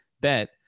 Bet